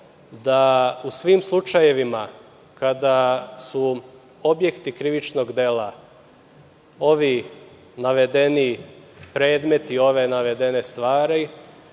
da u svim slučajevima kada su objekti krivičnog dela ovi navedeni predmeti, ove navedene stvari